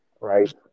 right